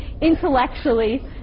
intellectually